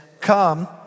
come